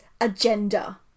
Agenda